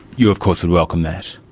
you of course would welcome that.